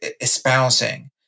espousing